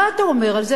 מה אתה אומר על זה?